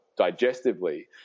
digestively